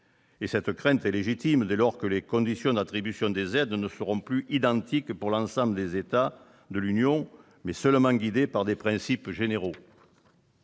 Cette crainte est légitime, dès lors que les conditions d'attribution des aides ne seront plus identiques pour l'ensemble des États de l'Union européenne et qu'elles seront seulement guidées par des principes généraux.